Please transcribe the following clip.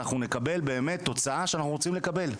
אנחנו נקבל באמת תוצאה שאנחנו רוצים לקבל.